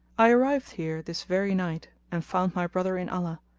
i arrived here this very night and found my brother in allah,